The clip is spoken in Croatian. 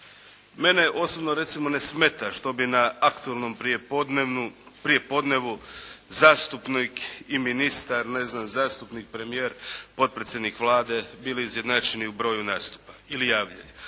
Mene osobno recimo ne smeta što bi na aktualnom prijepodnevu zastupnik i ministar, ne znam zastupnik, premijer, potpredsjednik Vlade bili izjednačeni u broju nastupa ili javljanja.